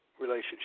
relationship